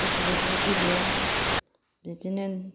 गोसोबादि गेलेया बिदिनो